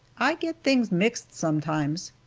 i get things mixed sometimes.